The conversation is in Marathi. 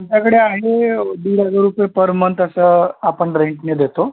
आमच्याकडे आहे दीड हजार रुपये पर मंथ असं आपण रेंटने देतो